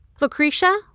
Lucretia